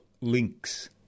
links